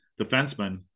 defenseman